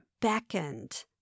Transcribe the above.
beckoned